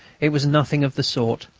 it was nothing of the sort.